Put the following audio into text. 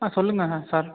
ஆ சொல்லுங்கள் சார்